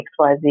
XYZ